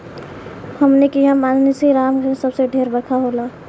हमनी किहा मानसींराम मे सबसे ढेर बरखा होला